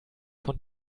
von